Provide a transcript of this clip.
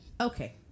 Okay